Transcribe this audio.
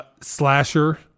Slasher